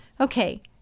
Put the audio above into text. Okay